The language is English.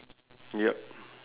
ya